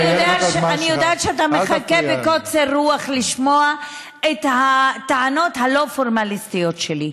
אני יודעת שאתה מחכה בקוצר רוח לשמוע את הטענות הלא-פורמליסטיות שלי.